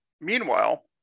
meanwhile